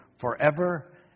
forever